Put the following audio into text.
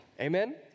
Amen